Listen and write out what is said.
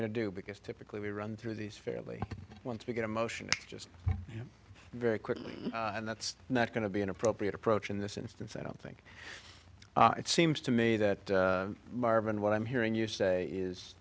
going to do because typically we run through these fairly once we get a motion just very quickly and that's not going to be an appropriate approach in this instance i don't think it seems to me that marvin what i'm hearing you say is